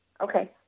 Okay